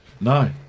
No